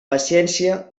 paciència